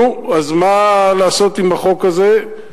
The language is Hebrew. נו, אז מה לעשות עם החוק הזה?